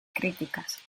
críticas